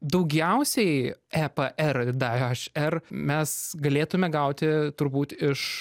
daugiausiai epr dhr mes galėtume gauti turbūt iš